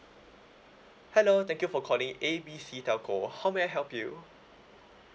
hello thank you for calling A B C telco how may I help you